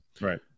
right